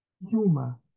Yuma